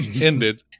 ended